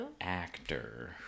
actor